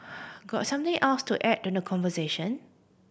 got something else to add to the conversation